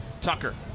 Tucker